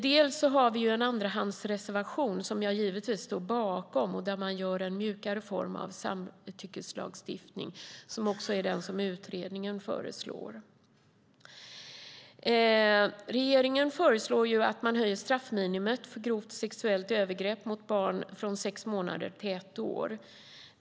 Vi har en andrahandsreservation, som jag givetvis står bakom, där man gör en mjukare form av samtyckeslagstiftning som också är den som utredningen föreslår. Regeringen föreslår att man höjer straffminimum för grovt sexuellt övergrepp mot barn från sex månader till ett år.